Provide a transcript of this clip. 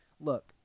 Look